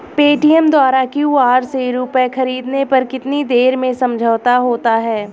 Paytm द्वारा QR से रूपए ख़रीदने पर कितनी देर में समझौता होता है?